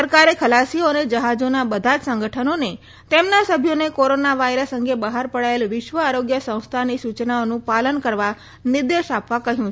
સરકારે ખલાસીઓ અને જહાજોના બધા જ સંગઠનોને તેમના સભ્યોને કોરોના વાયરસ અંગે બહાર પડાયેલ વિશ્વ આરોગ્ય સં સ્થાની સુચનાઓનું પાલન કરવા નિર્દેશ આપવા કહ્યું છે